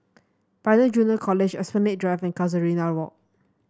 Pioneer Junior College Esplanade Drive and Casuarina Walk